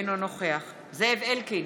אינו נוכח זאב אלקין,